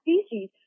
species